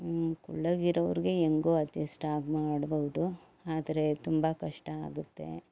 ಕುಳ್ಳಗೆ ಇರೋರಿಗೆ ಹೆಂಗೋ ಅಡ್ಜಸ್ಟ್ ಆಗಿ ಮಾಡ್ಬೋದು ಆದರೆ ತುಂಬ ಕಷ್ಟ ಆಗುತ್ತೆ